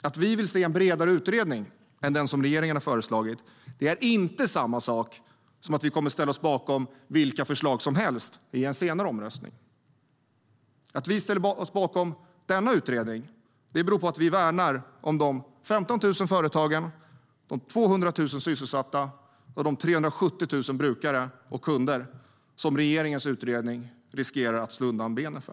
Att vi vill se en bredare utredning än den som regeringen har föreslagit är inte samma sak som att vi kommer att ställa oss bakom vilka förslag som helst i en senare omröstning. Att vi ställer oss bakom denna utredning beror på att vi värnar om de 15 000 företagen, de 200 000 sysselsatta och de 370 000 brukare och kunder som regeringens utredning riskerar att slå undan benen för.